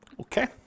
Okay